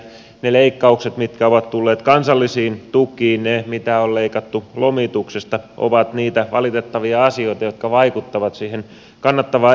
ne leikkaukset mitkä ovat tulleet kansallisiin tukiin ne mitä on leikattu lomituksesta ovat niitä valitettavia asioita jotka vaikuttavat siihen kannattavaan elintarviketuotantoon